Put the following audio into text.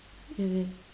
it is